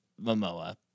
Momoa